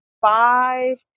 five